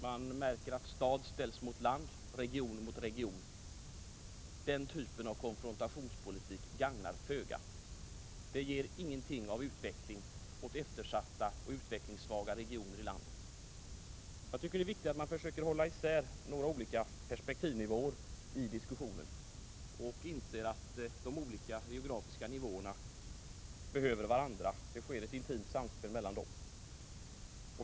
Man märker att stad ställs mot land, region mot region. Den typen av konfrontationspolitik gagnar föga. Den ger ingenting av utveckling åt eftersatta och utvecklingssvaga regioner i landet. Jag tycker att det är viktigt att man försöker hålla isär några olika perspektivnivåer i diskussionen och inser att det förekommer ett intimt samspel mellan de olika geografiska nivåerna.